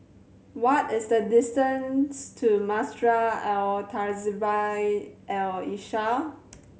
what is the distance to Madrasah Al Tahzibiah Al Islamiah